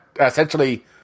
essentially